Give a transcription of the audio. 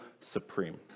supreme